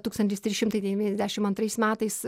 tūkstantis trys šimtai devyniasdešimt antrais metais